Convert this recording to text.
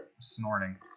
snorting